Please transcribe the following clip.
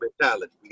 mentality